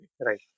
right